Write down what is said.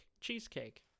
cheesecake